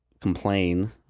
complain